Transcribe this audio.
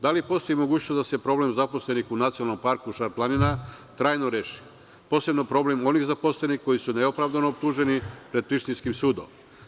Da li postoji mogućnost da se problem zaposlenih u „Nacionalnom parku Šar-planina“ reši, posebno problem onih zaposlenih koji su neopravdano optuženi pred prištinskim sudom?